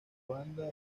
banda